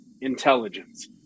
intelligence